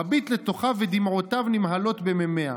מביט לתוכה ודמעותיו נמהלות במימיה.